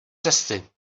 cesty